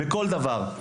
בכל דבר.